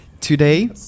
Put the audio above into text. today